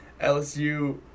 LSU